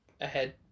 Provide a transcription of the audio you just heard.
ahead